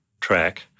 track